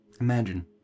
Imagine